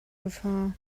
gefahr